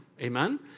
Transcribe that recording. Amen